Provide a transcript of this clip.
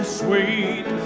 sweet